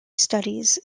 studies